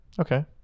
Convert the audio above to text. Okay